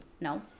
No